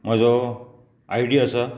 म्हजो I D आसा